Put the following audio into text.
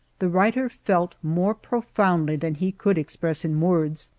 the writer felt, more profoundly than he could express in words,